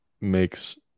makes